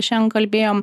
šiandien kalbėjom